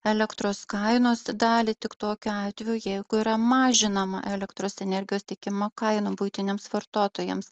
elektros kainos dalį tik tokiu atveju jeigu yra mažinama elektros energijos tiekimo kaina buitiniams vartotojams